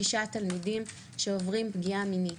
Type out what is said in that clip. שישה ילדים שעוברים פגיעה מינית.